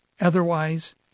Otherwise